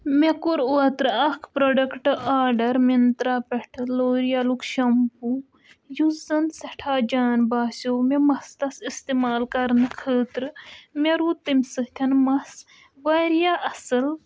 مےٚ کوٚر اوترٕ اکھ پرٛوڈَکٹہٕ آرڈر مِنترٛا پٮ۪ٹھٕ لوریلُک شَمپوٗ یُس زَن سٮ۪ٹھاہ جان باسٮ۪و مےٚ مستَس استِمال کَرنہٕ خٲطرٕ مےٚ روٗد تمہِ سۭتۍ مَس واریاہ اَصٕل